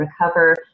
recover